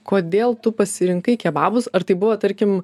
kodėl tu pasirinkai kebabus ar tai buvo tarkim